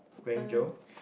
Guangzhou